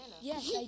Yes